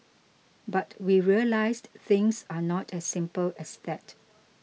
but we realised things are not as simple as that